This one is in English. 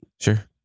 Sure